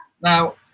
Now